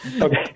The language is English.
Okay